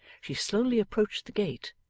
she slowly approached the gate,